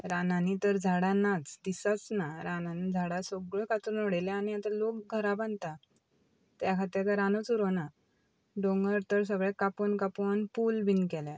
रानांनी तर झाडां नाच दिसच ना रानांनी झाडां सगळीं कातरून उडयल्यां आनी आतां लोक घरां बांदता त्या खातीर रानूच उरोना दोंगर तर सगळे कापून कापून पूल बीन केल्या